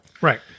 Right